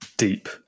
deep